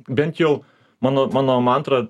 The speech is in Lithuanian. bent jau mano mano mantra